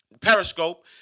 Periscope